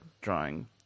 drawing